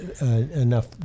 enough